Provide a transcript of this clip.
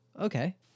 okay